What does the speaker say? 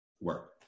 work